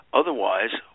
otherwise